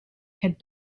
had